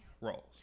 roles